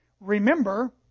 Remember